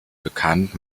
bekannt